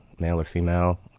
male or female,